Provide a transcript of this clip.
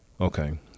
okay